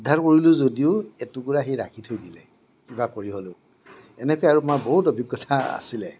উদ্ধাৰ কৰিলো যদিও এটুকুৰা সি ৰাখি থৈ দিলে কিবা কৰি হ'লেও এনেকৈ আৰু মোৰ বহুত অভিজ্ঞতা আছিলে